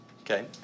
Okay